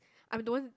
I'm known